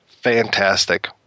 fantastic